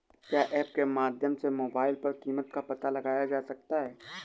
क्या ऐप के माध्यम से मोबाइल पर कीमत का पता लगाया जा सकता है?